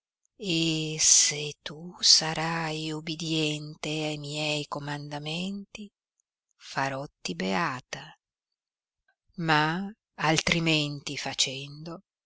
e se tu sarai ubidiente a miei comandamenti farotti beata ma altrimenti facendo